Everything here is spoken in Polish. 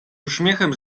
uśmiechem